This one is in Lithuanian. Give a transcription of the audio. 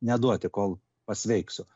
neduoti kol pasveiksiu